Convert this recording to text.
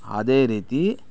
ಅದೇ ರೀತಿ